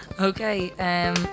Okay